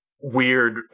weird